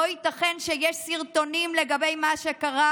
לא ייתכן שיש סרטונים לגבי מה שקרה